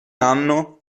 anno